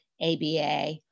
ABA